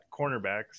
cornerbacks